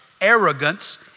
arrogance